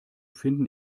finden